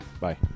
Bye